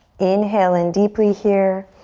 inhale in deeply here.